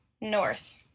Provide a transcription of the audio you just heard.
north